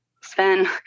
Sven